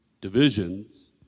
divisions